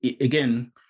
again